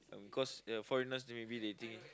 cause uh foreigners maybe they think